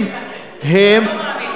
הם-הם,